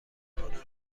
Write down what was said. کنم